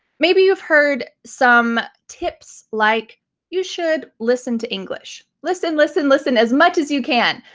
maybe you've heard some tips like you should listen to english. listen, listen, listen as much as you can.